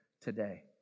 today